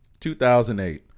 2008